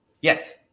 Yes